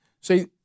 See